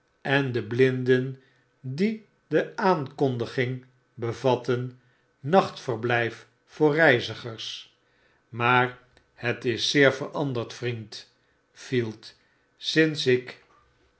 en de blinden die de aankondiging bevatten nachtverblyf voor reizigers maar het is zeer veranderd vriend field sedert ik